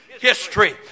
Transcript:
history